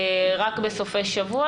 רק בסופי שבוע.